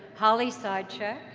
holly seidcheck,